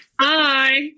Hi